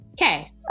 Okay